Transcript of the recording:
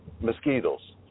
mosquitoes